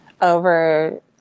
over